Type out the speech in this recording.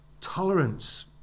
tolerance